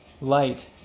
light